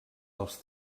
els